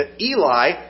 Eli